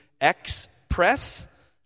express